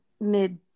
mid